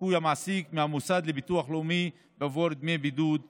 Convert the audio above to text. לשיפוי המעסיק מהמוסד לביטוח לאומי עבור דמי בידוד שישלמו.